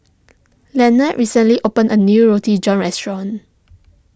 Leonard recently opened a new Roti John restaurant